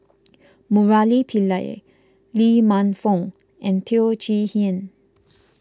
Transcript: Murali Pillai Lee Man Fong and Teo Chee Hean